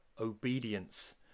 obedience